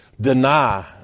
deny